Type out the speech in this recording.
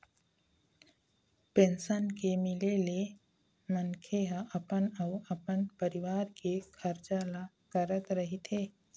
pension के मिले ले मनखे ह अपन अउ अपन परिवार के खरचा ल करत रहिथे